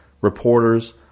reporters